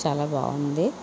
చాలా బాగుంది